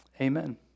Amen